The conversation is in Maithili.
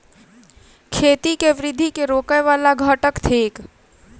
खेती केँ वृद्धि केँ रोकय वला घटक थिक?